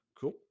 cool